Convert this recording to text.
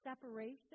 separation